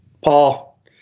Paul